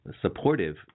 supportive